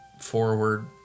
forward